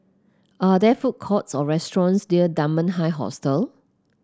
are there food courts or restaurants near Dunman High Hostel